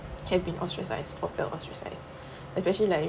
have been ostracised or felt ostracised especially like